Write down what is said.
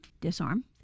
disarm